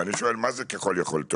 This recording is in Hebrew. אני שואל מה זה ככל יכולתו?